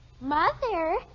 Mother